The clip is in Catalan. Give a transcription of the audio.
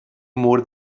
mur